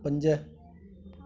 पंज